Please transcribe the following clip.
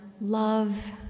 love